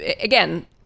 again